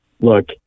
look